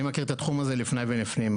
אני מכיר את התחום הזה לפניי ולפנים.